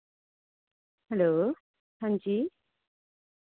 hello हांजी